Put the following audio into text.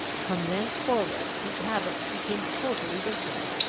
from thenceforward his habits became totally different.